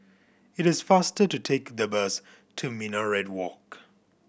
it is faster to take the bus to Minaret Walk